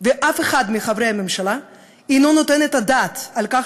ואף אחד מחברי הממשלה אינו נותן את הדעת על כך